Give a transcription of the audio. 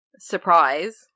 surprise